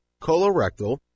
colorectal